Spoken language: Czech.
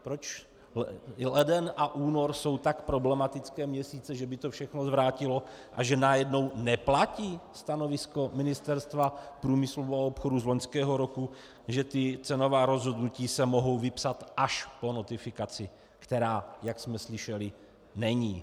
Proč leden a únor jsou tak problematické měsíce, že by to všechno zvrátilo a že najednou neplatí stanovisko Ministerstva průmyslu a obchodu z loňského roku, že cenová rozhodnutí se mohou vypsat až po notifikaci, která, jak jsme slyšeli, není?